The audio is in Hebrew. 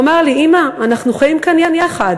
הוא אמר לי: אימא, אנחנו חיים כאן יחד.